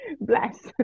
bless